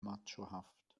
machohaft